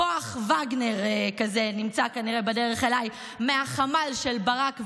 "כוח וגנר" כזה נמצא כנראה בדרך אליי מהחמ"ל של ברק ואולמרט.